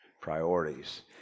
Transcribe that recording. Priorities